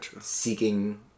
seeking